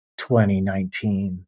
2019